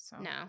No